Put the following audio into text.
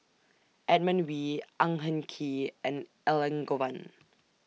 Edmund Wee Ang Hin Kee and Elangovan